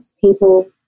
people